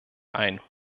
ein